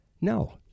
No